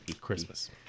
Christmas